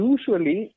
Usually